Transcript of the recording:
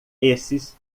esses